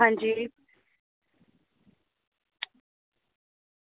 आं जी